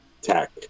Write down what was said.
tech